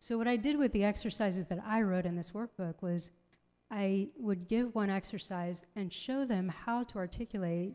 so what i did with the exercises that i wrote in this workbook was i would give one exercise and show them how to articulate